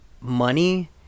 money